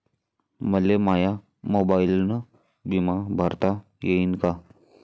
मले माया मोबाईलनं बिमा भरता येईन का?